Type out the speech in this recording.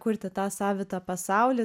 kurti tą savitą pasaulį